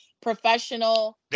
professional